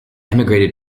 emigrated